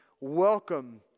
welcome